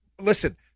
Listen